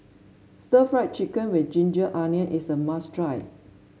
Stir Fried Chicken with ginger onion is a must try